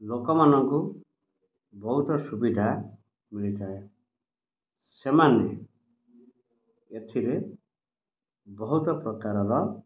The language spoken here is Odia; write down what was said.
ଲୋକମାନଙ୍କୁ ବହୁତ ସୁବିଧା ମିଳିଥାଏ ସେମାନ ଏଥିରେ ବହୁତ ପ୍ରକାରର